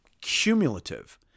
cumulative